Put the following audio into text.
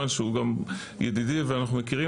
אז הוא יכול להגיד: אני